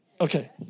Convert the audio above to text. Okay